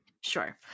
Sure